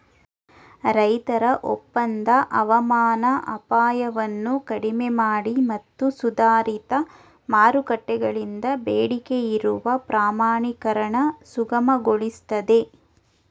ರೈತರ ಒಪ್ಪಂದ ಹವಾಮಾನ ಅಪಾಯವನ್ನು ಕಡಿಮೆಮಾಡಿ ಮತ್ತು ಸುಧಾರಿತ ಮಾರುಕಟ್ಟೆಗಳಿಂದ ಬೇಡಿಕೆಯಿರುವ ಪ್ರಮಾಣೀಕರಣ ಸುಗಮಗೊಳಿಸ್ತದೆ